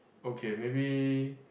okay maybe